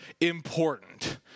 important